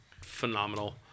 phenomenal